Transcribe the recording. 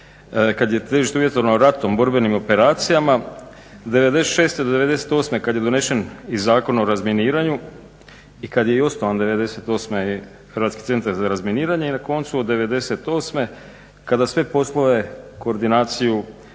kad je težište uvjetovano ratom, borbenim operacijama. '96. do '98. kad je donesen i Zakon o razminiranju i kad je i osnovan '98. Hrvatski centar za razminiranje i na koncu od '98. kada sve poslove koordinaciju,